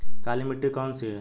काली मिट्टी कौन सी है?